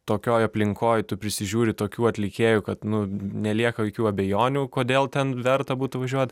tokioj aplinkoj tu prisižiūri tokių atlikėjų kad nu nelieka jokių abejonių kodėl ten verta būtų važiuot